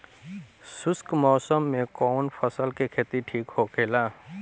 शुष्क मौसम में कउन फसल के खेती ठीक होखेला?